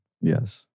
Yes